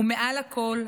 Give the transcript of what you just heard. ומעל הכול,